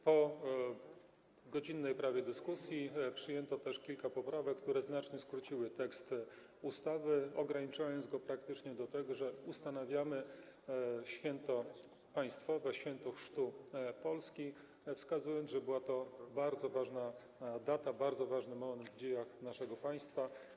Po prawie godzinnej dyskusji przyjęto też kilka poprawek, które znacznie skróciły tekst ustawy, ograniczając go praktycznie do tego, że ustanawiamy święto państwowe, Święto Chrztu Polski, wskazując, że była to bardzo ważna data, był to bardzo ważny moment w dziejach naszego państwa.